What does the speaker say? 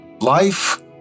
Life